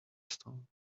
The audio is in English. stone